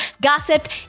gossip